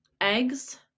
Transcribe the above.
eggs